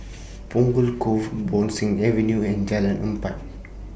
Punggol Cove Bo Seng Avenue and Jalan Empat